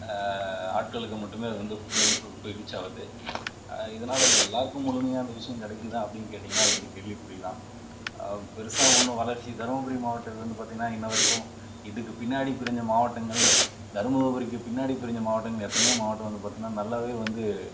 ஆட்களுக்கு மட்டுமே அது வந்து ஃபுல் அண்ட் ஃபுல் போய் ரீச் ஆகுது இதனால் வந்து எல்லோருக்கும் முழுமையாக அந்த விஷயம் கிடைக்கிதா அப்படின்னு கேட்டிங்கனா அது வந்து கேள்விக்குறி தான் பெருசாக ஒன்றும் வளர்ச்சி தருமபுரி மாவட்டம் இது வந்து பார்த்தீங்கனா இன்ன வரைக்கும் இதுக்கு பின்னாடி பிரிஞ்ச மாவட்டங்கள் தருமபுரிக்கு பின்னாடி பிரிஞ்ச மாவட்டங்கள் எத்தனையோ மாவட்டம் வந்து பார்த்தின்னா நல்லாவே வந்து